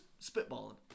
spitballing